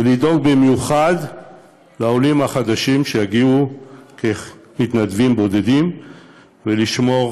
ולדאוג במיוחד לעולים החדשים שיגיעו כמתנדבים בודדים ולשמור